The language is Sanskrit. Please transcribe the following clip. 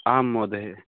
आं महोदय